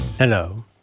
Hello